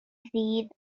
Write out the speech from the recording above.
ddydd